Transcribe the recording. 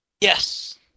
Yes